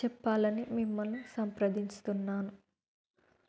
చెప్పాలని మిమ్మల్ని సంప్రదిస్తున్నాను